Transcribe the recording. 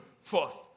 first